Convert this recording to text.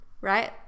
Right